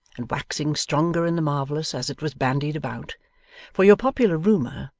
and waxing stronger in the marvellous as it was bandied about for your popular rumour,